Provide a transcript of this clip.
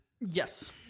Yes